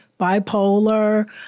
bipolar